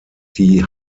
die